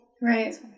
Right